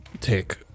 take